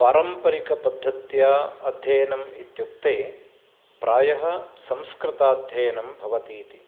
पारम्परिकपद्धत्या अध्ययनम् इत्युक्ते प्रायः संस्कृताध्ययनं भवति इति